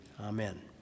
Amen